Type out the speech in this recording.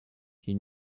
you